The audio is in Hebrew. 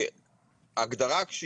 ההגדרה,